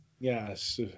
Yes